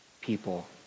people